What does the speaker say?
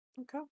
Okay